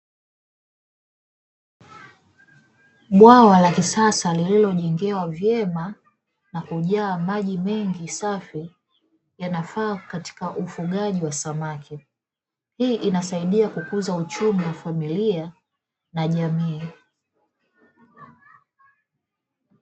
Bwawa la kisasa lililojengewa vyema na kujaa maji mengi safi yanafaa katika ufugaji wa samaki, hii inasaidia kukuza uchumi Wa familia na jamii.